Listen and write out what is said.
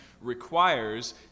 requires